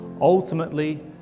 ultimately